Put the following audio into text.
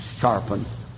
sharpened